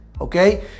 Okay